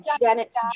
Janet's